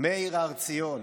מאיר הר ציון.